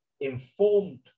informed